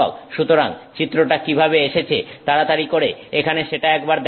সুতরাং চিত্রটা কিভাবে এসেছে তাড়াতাড়ি করে এখানে সেটা একবার দেখা হল